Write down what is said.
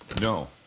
no